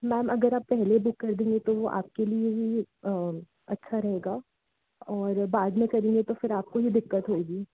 ma'am अगर आप पहले बुक कर देंगी तो आपके लिए ही अच्छा रहेगा और बाद में करेंगे तो फिर आपको ही दिक्कत होगी